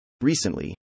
Recently